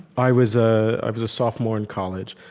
i was ah i was a sophomore in college,